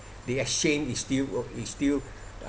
the exchange is still is still